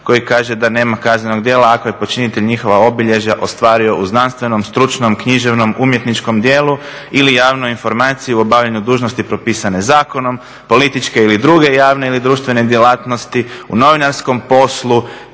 koji kaže da nema kaznenog djela ako je počinitelj njihova obilježja ostvario u znanstvenom, stručnom, književnom, umjetničkom djelu ili javno informaciju o obavljanju dužnosti propisane zakonom, političke ili druge javne ili društvene djelatnosti, u novinarskom poslu